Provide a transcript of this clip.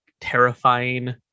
terrifying